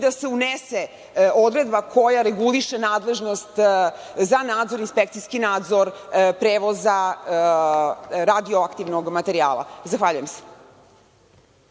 da se unese odredba koja reguliše nadležnost za inspekcijski nadzor prevoza radioaktivnog materijala. Zahvaljujem se.